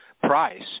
Price